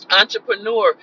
entrepreneur